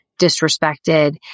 disrespected